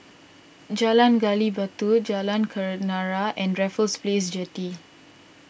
Jalan Gali Batu Jalan Keranarah and Raffles Place Jetty